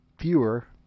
fewer